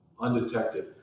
undetected